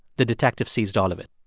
the detective seized all of it.